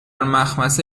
مخمصه